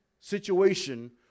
situation